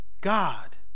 God